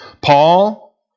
Paul